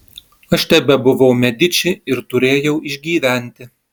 aš tebebuvau mediči ir turėjau išgyventi